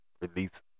Release